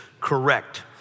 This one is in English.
correct